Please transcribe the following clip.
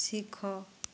ଶିଖ